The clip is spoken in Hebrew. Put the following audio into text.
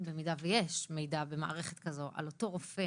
כלומר במידה ויש מידע במערכת כזו, על אותו רופא